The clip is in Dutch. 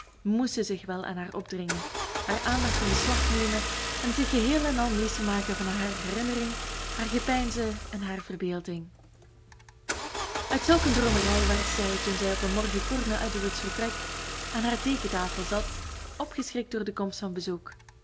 moesten zich wel aan haar opdringen haar aandacht in beslag nemen en zich geheel en al meester maken van haar herinnering haar gepeinzen en haar verbeelding uit zulk een droomerij werd zij toen zij op een morgen kort na edward's vertrek aan haar teekentafel zat opgeschrikt door de komst van bezoek